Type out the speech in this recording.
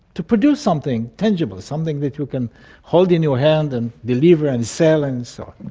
to produce something tangible, something that you can hold in your hand and deliver and sell and so on.